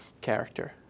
character